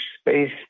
space